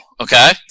okay